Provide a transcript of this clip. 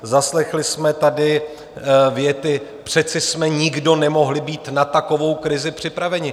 Zaslechli jsme tady věty přece jsme nikdo nemohli být na takovou krizi připraveni.